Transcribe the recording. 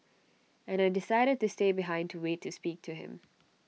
and I decided to stay behind to wait to speak to him